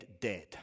dead